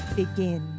begin